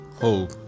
Hope